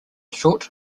short